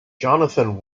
jonathan